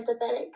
empathetic